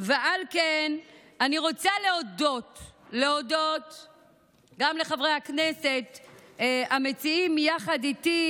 ועל כן אני רואה אני רוצה להודות גם לחברי הכנסת המציעים יחד איתי,